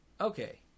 Okay